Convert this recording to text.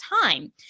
time